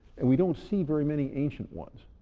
and we don't see very many ancient ones.